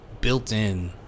built-in